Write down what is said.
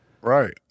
Right